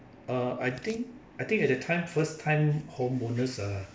uh I think I think at that time first time homeowners are